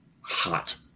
hot